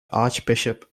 archbishop